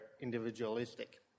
individualistic